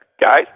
Guys